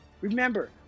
Remember